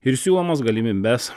ir siūlomas galimybes